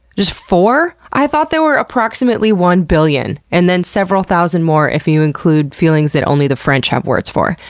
there's four! i thought there were approximately one billion, and then several thousand more if you include feelings that only the french have words for.